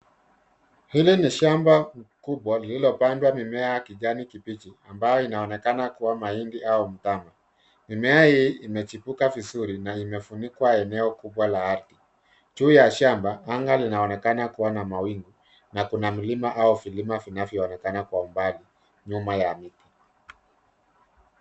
Hili ni shamba kubwa lilopandwa mimea ya kijani kibichi ambayo inaonekana kuwa mahindi au mtama. Mimea hii imechipuka vizuri na imefunika eneo kubwa la ardhi. Juu ya shamba, anga linaonekana kuwa na mawingu na kuna milima au vilima vinavyoonekana kwa umbali nyuma ya miti.